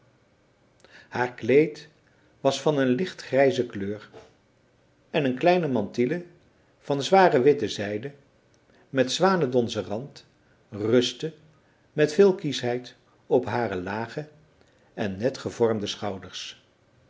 haar kleed was van een lichtgrijze kleur en een kleine mantille van zware witte zijde met zwanedonzen rand rustte met veel kieschheid op hare lage en netgevormde schouders